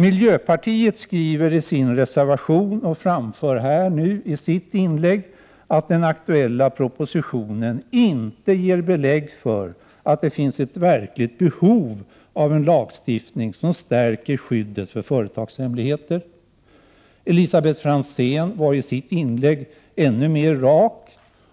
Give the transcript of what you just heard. Miljöpartiet skriver i sin reservation och har i debatten framfört att den aktuella propositionen inte ger belägg för att det finns ett verkligt behov av en lagstiftning som stärker skyddet för företagshemligheter. Elisabet Franzén var i sitt inlägg ännu mer rak